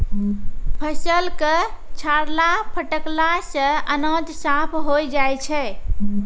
फसल क छाड़ला फटकला सें अनाज साफ होय जाय छै